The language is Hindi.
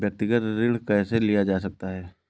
व्यक्तिगत ऋण कैसे लिया जा सकता है?